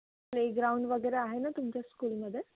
playground वगैरे आहे नं तुमच्या स्कूलमध्ये